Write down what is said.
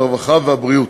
הרווחה והבריאות.